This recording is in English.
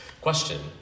Question